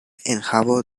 enhavo